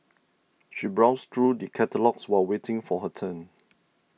she browsed through the catalogues while waiting for her turn